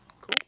Cool